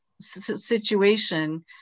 situation